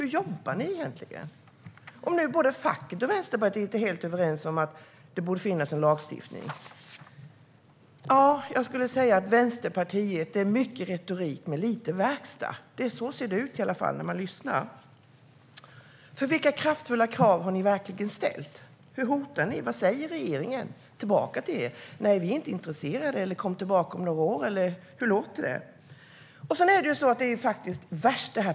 Hur jobbar ni egentligen, om det nu är så att både facket och Vänsterpartiet är helt överens om att det borde finnas en lagstiftning? Jag skulle säga att det är mycket retorik men lite verkstad när det gäller Vänsterpartiet. Så låter det i alla fall när man lyssnar. Vilka kraftfulla krav har ni verkligen ställt? Hur hotar ni? Vad säger regeringen till er? Säger regeringen att man inte är intresserad? Säger man att ni ska komma tillbaka om några år? Hur låter det?